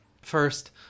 First